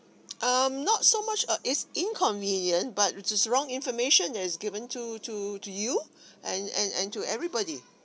um not so much uh it's inconvenient but it is wrong information that is given to to to you and and and to everybody